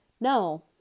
No